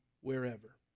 wherever